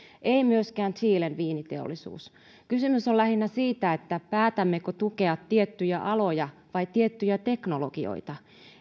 ei myöskään chilen viiniteollisuus kysymys on lähinnä siitä päätämmekö tukea tiettyjä aloja vai tiettyjä teknologioita